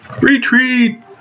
Retreat